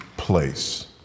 place